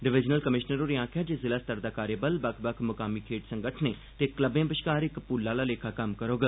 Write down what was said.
divisional commissioner होरें आखेआ जे जिला स्तर दा कार्यबल बक्ख बक्ख मुकामी खेड्ढ संगठनें ते क्लबें बश्कार इक पुल आह्ला लेखा कम्म करोग